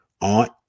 aunt